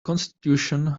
constitution